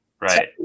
Right